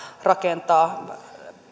rakentaa